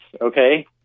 Okay